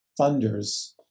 funders